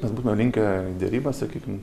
mes būtumėm linkę į derybas sakykim